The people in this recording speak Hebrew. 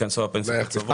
וייכנסו הפנסיות הצוברות.